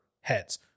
heads